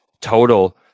Total